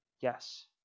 yes